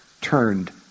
turned